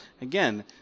again